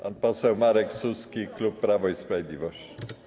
Pan poseł Marek Suski, klub Prawo i Sprawiedliwość.